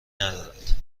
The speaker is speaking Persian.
ندارد